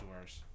worse